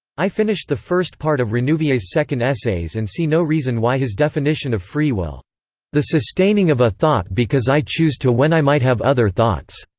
i finished the first part of renouvier's second essais and see no reason why his definition of free will the sustaining of a thought because i choose to when i might have other thoughts